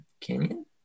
canyon